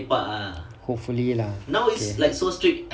hopefully lah okay